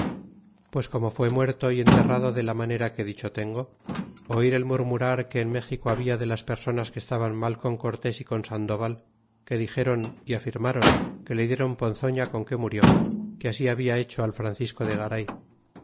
pues como fué muerto y enterrado de la manera que dicho tengo oir el murmurar que en méxico habia de las personas que estaban mal con cortés y con sandoval que dixéron afirmáron que le dieron ponzoña con que murió que así habia hecho al francisco de garay